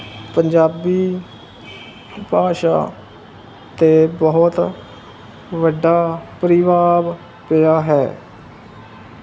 ਪੰਜਾਬੀ ਭਾਸ਼ਾ 'ਤੇ ਬਹੁਤ ਵੱਡਾ ਪ੍ਰਭਾਵ ਪਿਆ ਹੈ